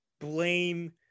blame –